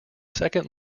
second